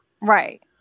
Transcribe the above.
Right